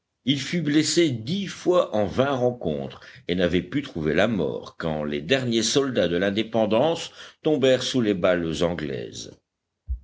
il fut blessé dix fois en vingt rencontres et n'avait pu trouver la mort quand les derniers soldats de l'indépendance tombèrent sous les balles anglaises